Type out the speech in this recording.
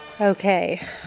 Okay